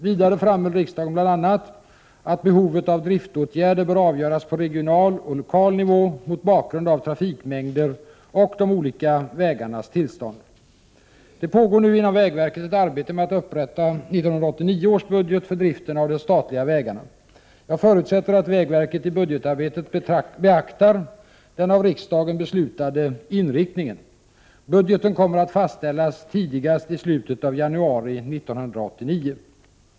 Vidare framhöll riksdagen bl.a. att behovet av driftåtgärder bör avgöras på regional och lokal nivå mot bakgrund av trafikmängder och de olika vägarnas tillstånd. Det pågår nu inom vägverket ett arbete med att upprätta 1989 års budget för driften av de statliga vägarna. Jag förutsätter att vägverket i budgetarbetet beaktar den av riksdagen beslutade inriktningen. Budgeten kommer att fastställas tidigast i slutet av januari 1989.